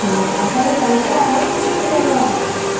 हाँ अच्छा यह पन्द्रह अगस्त किसलिए मनाया जाता